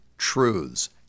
truths